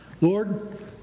Lord